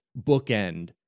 bookend